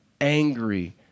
angry